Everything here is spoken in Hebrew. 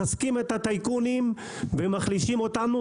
מחזקים את הטייקונים ומחלישים אותנו,